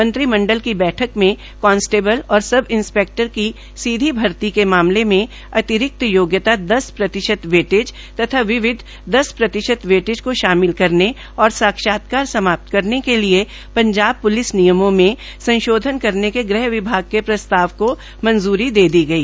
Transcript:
मंत्रिमंडल की बैठक में कांन्स्टेबल और सब इंस्पैक्टर की सीधी भर्ती के मामले में अतिरिक्त योग्यता दस प्रतिशत वेटेज तथा विविध दस प्रतिशत वेटेज को शामिल करने और साक्षात्कार समाप्त करने के लिए पंजाब पुलिस नियमों में संशोधन करने के गृह विभाग के प्रस्ताव को मंजूरी दे दी गई